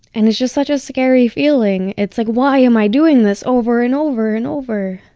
and it's just such a scary feeling. it's like why am i doing this over and over and over?